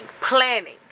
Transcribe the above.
planning